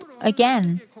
again